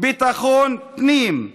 ביטחון פנים.